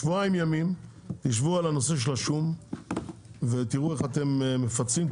שבועיים ימים תשבו על הנושא של השום ותראו איך אתם מפצים,